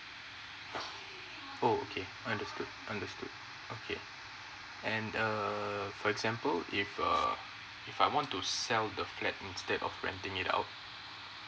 oh okay understood understood okay and uh for example if err if I want to sell the flat instead renting it out